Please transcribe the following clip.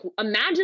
imagine